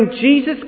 Jesus